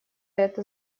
это